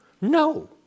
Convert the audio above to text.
No